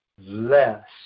less